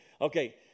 Okay